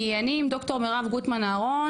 כי אני עם ד"ר מירב גוטמן אהרון,